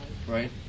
Right